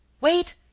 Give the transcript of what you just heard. Wait